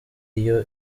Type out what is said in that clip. iyi